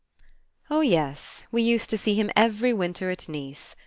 oh, yes we used to see him every winter at nice.